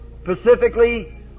specifically